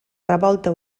revolta